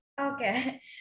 okay